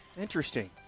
Interesting